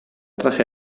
traje